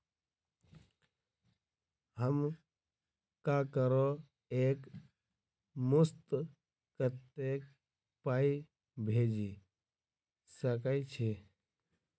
हम ककरो एक मुस्त कत्तेक पाई भेजि सकय छी?